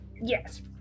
yes